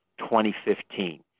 2015